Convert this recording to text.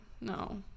no